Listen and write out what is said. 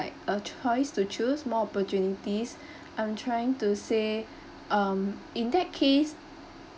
like a choice to choose more opportunities I'm trying to say um in that case